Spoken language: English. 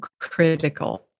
critical